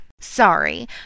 Sorry